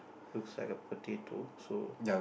looks like a potato so